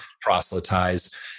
proselytize